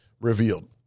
revealed